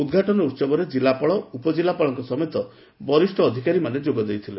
ଉଦ୍ଘାଟନ ଉହବରେ ଜିଲ୍ଲାପାଳ ଉପଜିଲାପାଳଙ୍କ ସମେତ ବରିଷ ଅଧିକାରୀମାନେ ଯୋଗଦେଇଥିଲେ